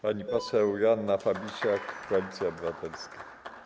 Pani poseł Joanna Fabisiak, Koalicja Obywatelska.